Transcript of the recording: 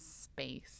space